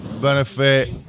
Benefit